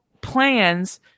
plans